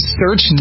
search